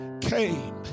came